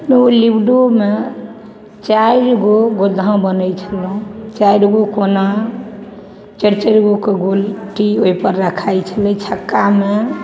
ओइ लूडोमे चारिगो गोधा बनय छलहुँ चारिगो कोना चारि चारिगो के गोटी ओइपर रखाइ छलय छक्कामे